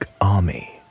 army